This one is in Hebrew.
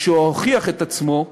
שהוכיח את עצמו,